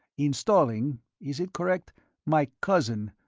installing is it correct my cousin,